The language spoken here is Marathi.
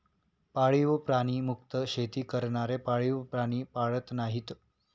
पाळीव प्राणी मुक्त शेती करणारे पाळीव प्राणी पाळत नाहीत